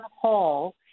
Hall